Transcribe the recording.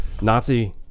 Nazi